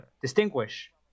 distinguish